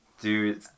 Dude